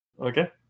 Okay